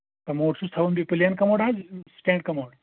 commode چھُس تھاوُن بیٚیہِ پٕلین کَموڈ حظ سِٹینٛڈ کِموڈ